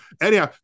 anyhow